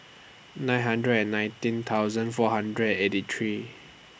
nine hundred and nineteen thousand four hundred and eighty three